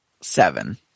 seven